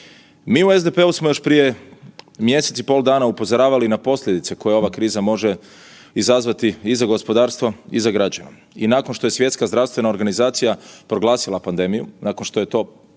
Mi u SDP-u smo još prije mjesec i pol dana upozoravali na posljedice koje ova kriza može izazvati i za gospodarstvo i za građane i nakon što je Svjetska zdravstvena organizacija proglasila pandemiju, nakon što je to potvrđeno